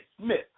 Smith